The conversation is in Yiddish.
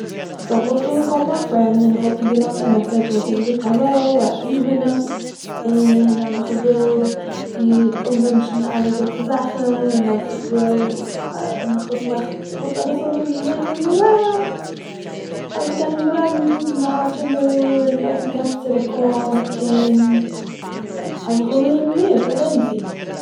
סאו איך וואלט אנגעקאלט מיין פרענד און איך וואלט איר געלאזט א מעסעדזש איך וואלט איר געזאגט אז העלא אז איך בין עס און אז איך וויל איר אנווינטשן אלע גוטע זאכן און אז איך וויל און איך וואלט געמאכט איך וואלט א ביסל אזוי וואו געווען אזוי וואו ווא אז איך קען נישט גלייבן אז מ'האלט שױן דא און אויב זי קען מיך צוריקקאלן און אז איך וויל הערן מער איך וויל רעדן צו איר